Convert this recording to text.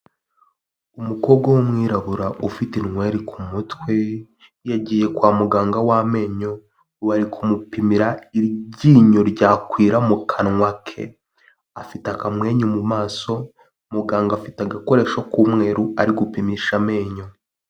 Umukobwa w'umwirabura ufite inware ku kumutwe yagiye kwa muganga wamenyo wari ari kumupimira iryinyo ryakwira mu kanwa ke, afite akamwenyu mu maso muganga afite agakoresho k'umweru ari gupimisha amenyo.